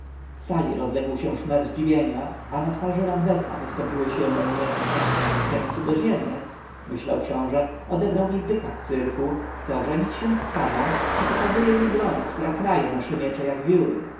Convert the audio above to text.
w sali rozległ się szmer zdziwienia a na twarz ramzesa wystąpiły silne rumieńce ten cudzoziemiec myślał książę odebrał mi byka w cyrku chce ożenić się z kamą i pokazuje mi broń która kraje nasze miecze jak wióry